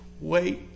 wait